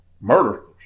murder